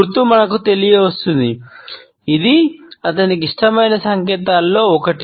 గుర్తు మనకు తెలియజేస్తుంది ఇది అతనికి ఇష్టమైన సంకేతాలలో ఒకటి